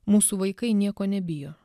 mūsų vaikai nieko nebijo